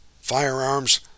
firearms